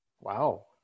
Wow